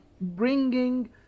bringing